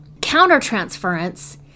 Counter-transference